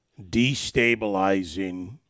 destabilizing